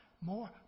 More